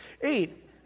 Eight